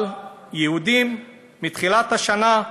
אבל יהודים, מתחילת השנה,